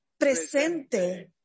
Presente